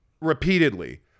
repeatedly